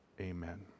Amen